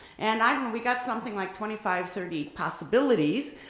and i mean we got something like twenty five, thirty possibilities,